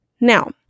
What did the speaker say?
Now